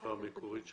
בשפה המקורית שלו,